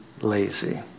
lazy